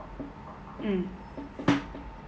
mm